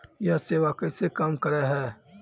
यह सेवा कैसे काम करै है?